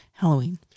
Halloween